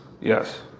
Yes